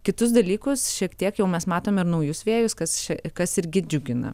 kitus dalykus šiek tiek jau mes matom ir naujus vėjus kas čia kas irgi džiugina